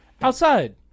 outside